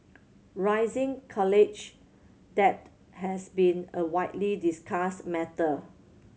rising college debt has been a widely discussed matter